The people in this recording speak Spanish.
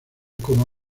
como